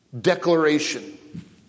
declaration